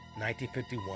1951